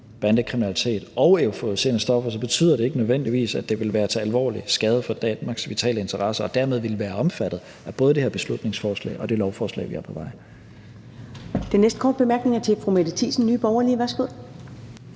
bandekriminalitet og euforiserende stoffer, betyder det ikke nødvendigvis, at det vil være til alvorlig skade for Danmarks vitale interesser og dermed vil være omfattet af både det her beslutningsforslag og det lovforslag, vi har på vej. Kl. 13:27 Første næstformand (Karen Ellemann): Den næste korte bemærkning er til fru Mette Thiesen, Nye Borgerlige. Værsgo.